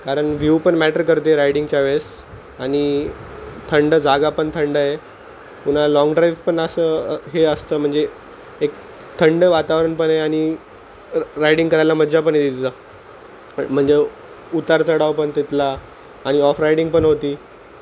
कारण व्ह्यू पण मॅटर करते रायडिंगच्या वेळेस आणि थंड जागा पण थंड आहे पुन्हा लाँग ड्राईव्ह पण असं हे असतं म्हणजे एक थंड वातावरण पण आहे आणि रायडिंग करायला मज्जा पण येते तिथं म्हणजे उतार चढाव पण तिथला आणि ऑफ राइडिंग पण होते